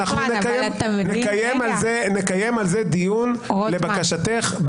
אנחנו נקיים על זה דיון לבקשתך,